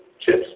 chips